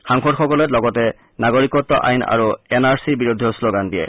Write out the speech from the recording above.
সাংসদসকলে লগতে নাগৰিকত্ব আইন আৰু এন আৰ চিৰ বিৰুদ্ধেও শ্নগান দিয়ে